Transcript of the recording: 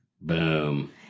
Boom